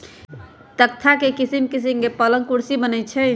तकख्ता से किशिम किशीम के पलंग कुर्सी बनए छइ